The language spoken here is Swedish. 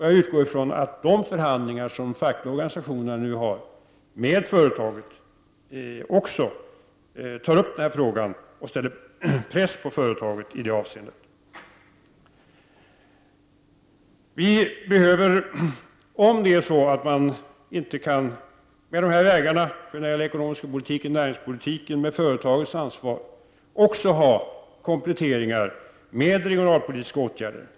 Jag utgår från att de förhandlingar som de fackliga organisationerna nu för med företaget berör också den frågan och att facket sätter företaget under press. Om man på dessa sätt — med ekonomisk politik, näringspolitik eller genom att betona företagets ansvar — inte kan nå tillräckligt resultat, får vi också tänka oss kompletteringar med regionalpolitiska åtgärder.